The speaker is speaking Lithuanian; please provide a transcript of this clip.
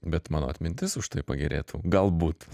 bet mano atmintis užtai pagerėtų galbūt